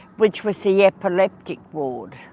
which was the yeah epileptic ward.